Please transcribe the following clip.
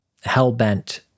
hell-bent